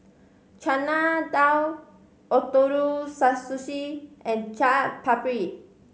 Chana Dal Ootoro Sushi and Chaat Papri